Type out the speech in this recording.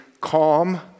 calm